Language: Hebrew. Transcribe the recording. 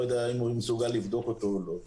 יודע אם בית החולים מסוגל לבדוק אותו או לא.